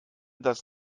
das